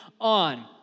on